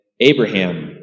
Abraham